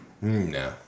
No